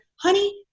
honey